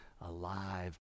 alive